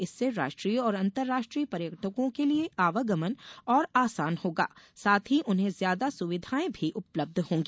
इससे राष्ट्रीय और अंतराष्ट्रीय पर्यटकों के लिये आवागमन और आसान होगा साथ ही उन्हें ज्यादा सुविधाएं भी उपलब्ध होंगी